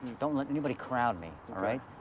don't let anybody crowd me, all right?